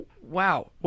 wow